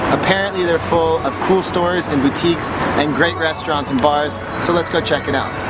apparently they're full of cool stores and boutiques and great restaurants and bars, so let's go check it out.